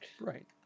Right